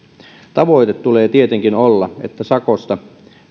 tavoitteen tulee tietenkin olla että